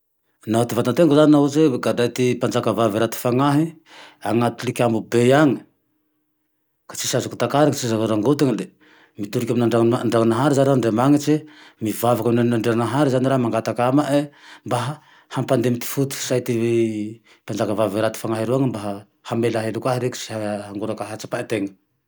Naho ty vatanenako zane naho hoatse gadray ty mpanjaka vavy raty fanahy, anaty tilikambo be agne ka tsy misy azokko takarany tsy misy azoko rangotiny, mitolike ame Andriananahary raho, Andriamanitse, mivavaky ame Andriananahary zane raho mangataky ama e mba hampalaemy ty fo ty say ty mpanjaka vavy raty fanahy roany mba hamela heloky ahy reke sy hangoraky ahy ahatsapany tena